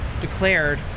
declared